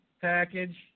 package